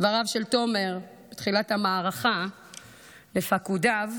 דבריו של תומר בתחילת המערכה לפקודיו